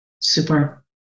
Super